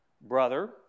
brother